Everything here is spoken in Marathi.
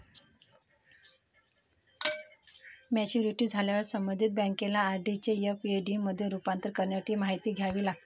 मॅच्युरिटी झाल्यावर संबंधित बँकेला आर.डी चे एफ.डी मध्ये रूपांतर करण्यासाठी माहिती द्यावी लागते